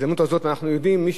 ראה כמה עבודה,